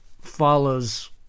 follows